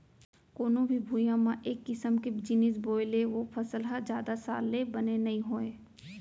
कोनो भी भुइंया म एक किसम के जिनिस बोए ले ओ फसल ह जादा साल ले बने नइ होवय